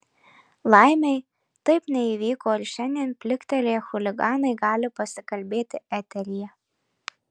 laimei taip neįvyko ir šiandien pliktelėję chuliganai gali pasikalbėti eteryje